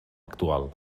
actual